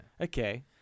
Okay